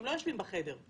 הם לא יושבים בחדר.